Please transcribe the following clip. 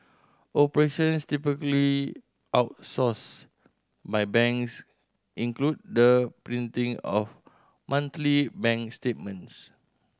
operations typically outsourced by banks include the printing of monthly bank statements